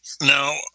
now